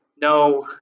no